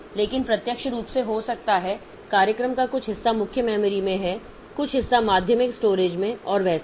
लेकिन प्रत्यक्ष रूप से हो सकता है कार्यक्रम का कुछ हिस्सा मुख्य मेमोरी में है कुछ हिस्सा माध्यमिक स्टोरेज में और वह सब